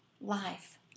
life